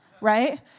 right